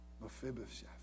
Mephibosheth